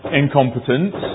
incompetence